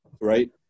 right